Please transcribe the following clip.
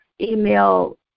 email